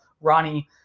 Ronnie